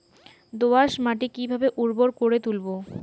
দোয়াস মাটি কিভাবে উর্বর করে তুলবো?